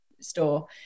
store